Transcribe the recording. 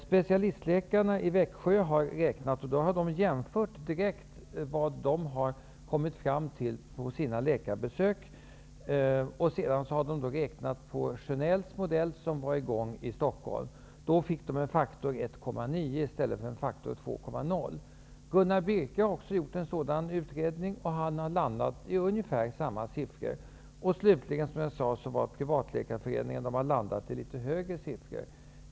Specialistläkarna i Växjö har gjort beräkningar, och då har de direkt jämfört vad de har kommit fram till vid de besök som de har haft, och sedan har de räknat på Sjönells modell som pågick i Stockholm. Då kom de fram till faktorn 1,9 i stället för faktorn 2,0. Gunnar Birke har också gjort en sådan utredning, och han har kommit fram till ungefär samma siffror. Slutligen har Privatläkarföreningen kommit fram till litet högre siffror.